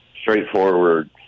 straightforward